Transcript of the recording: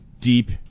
deep